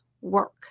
work